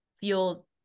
feel